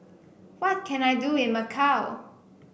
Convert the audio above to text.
what can I do in Macau